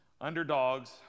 underdogs